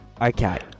okay